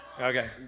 Okay